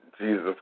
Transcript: Jesus